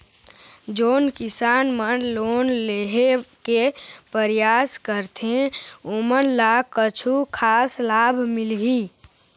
जोन किसान मन लोन लेहे के परयास करथें ओमन ला कछु खास लाभ मिलही?